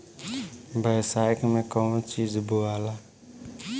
बैसाख मे कौन चीज बोवाला?